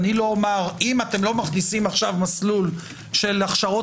לא אומר: אם אתם לא מכניסים עכשיו מסלול של הכשרות